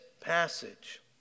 passage